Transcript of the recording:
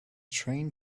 train